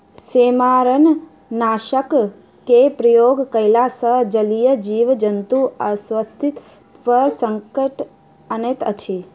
सेमारनाशकक प्रयोग कयला सॅ जलीय जीव जन्तुक अस्तित्व पर संकट अनैत अछि